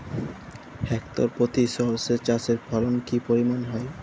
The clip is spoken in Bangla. হেক্টর প্রতি সর্ষে চাষের ফলন কি পরিমাণ হয়?